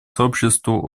сообществу